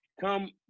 come